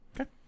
Okay